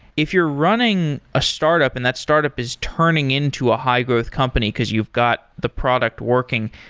if you're running a startup and that startup is turning into a high-growth company, because you've got the product working,